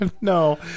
no